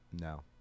No